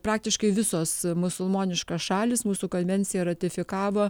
praktiškai visos musulmoniškos šalys mūsų konvenciją ratifikavo